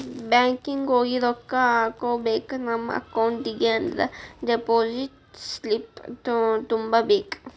banking ಹೋಗಿ ರೊಕ್ಕ ಹಾಕ್ಕೋಬೇಕ್ ನಮ ಅಕೌಂಟಿಗಿ ಅಂದ್ರ ಡೆಪಾಸಿಟ್ ಸ್ಲಿಪ್ನ ತುಂಬಬೇಕ್